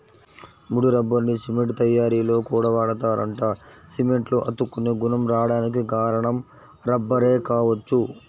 ముడి రబ్బర్ని సిమెంట్ తయ్యారీలో కూడా వాడతారంట, సిమెంట్లో అతుక్కునే గుణం రాడానికి కారణం రబ్బరే గావచ్చు